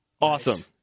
Awesome